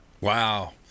Wow